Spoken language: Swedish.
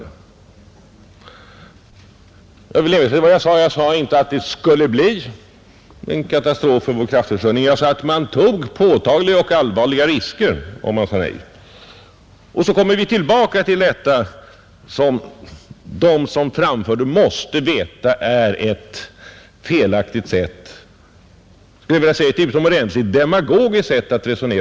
Jag vill därför erinra om vad jag sade, Jag sade inte att det skulle bli en katastrof för vår kraftförsörjning men att man med ett nej tog påtagliga och allvarliga risker. Nu kommer man tillbaka till detta i dagens debatt. Man ställer energiproduktionen i Ritsem i relation till den totala energiproduktionen i landet.